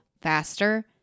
faster